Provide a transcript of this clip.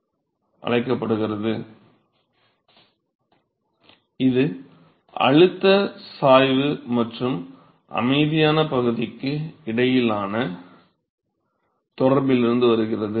மாணவர் இது அழுத்த சாய்வு மற்றும் அமைதியான பகுதிக்கு இடையிலான தொடர்பிலிருந்து வருகிறது